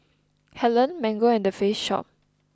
Helen Mango and The Face Shop